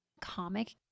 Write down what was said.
comic